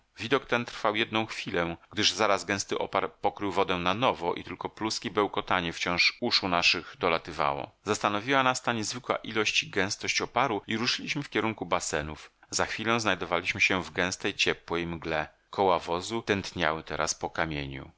widok ten trwał jedną chwilę gdyż zaraz gęsty opar pokrył wodę na nowo i tylko plusk i bełkotanie wciąż uszu naszych dolatywały zastanowiła nas ta niezwykła ilość i gęstość oparu i ruszyliśmy w kierunku basenów za chwilę znajdowaliśmy się w gęstej ciepłej mgle koła wozu tętniały teraz po kamieniu